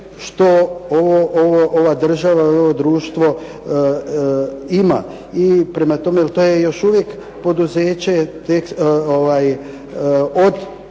što ova država i ovo društvo ima i prema tome jer to je još uvijek poduzeće od